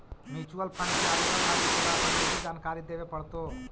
mutual fund के आवेदन लागी तोरा अपन निजी जानकारी देबे पड़तो